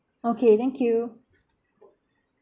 okay thank you